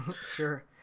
Sure